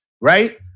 right